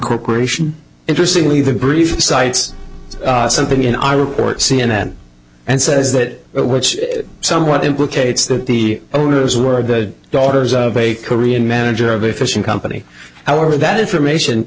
corporation interestingly the grief sites something in our report c n n and says that which somewhat implicates that the owners were the daughters of a korean manager of a fishing company however that information